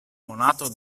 monato